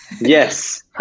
yes